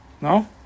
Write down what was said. No